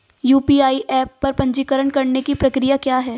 UPI app पर पंजीकरण करने की प्रक्रिया क्या है?